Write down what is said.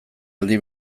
aldi